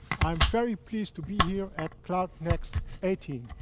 i'm very pleased to be here at cloud next eighteen.